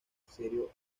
serio